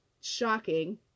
shocking